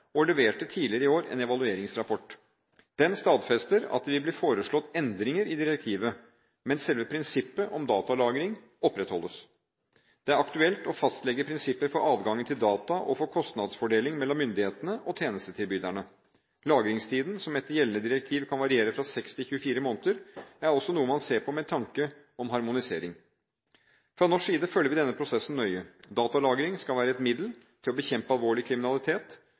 og leverte tidligere i år en evalueringsrapport. Den stadfester at det vil bli foreslått endringer i direktivet, men selve prinsippet om datalagring opprettholdes. Det er aktuelt å fastlegge prinsipper for adgangen til data og for kostnadsfordeling mellom myndighetene og tjenestetilbyderne. Lagringstiden, som etter gjeldende direktiv kan variere fra seks til 24 måneder, er også noe man ser på med tanke på harmonisering. Fra norsk side følger vi denne prosessen nøye. Datalagring skal være et middel til å bekjempe alvorlig kriminalitet,